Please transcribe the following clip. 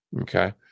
okay